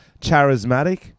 Charismatic